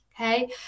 okay